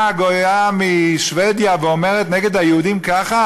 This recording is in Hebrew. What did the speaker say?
אם באה גויה משבדיה ואומרת נגד היהודים ככה,